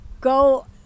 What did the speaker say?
go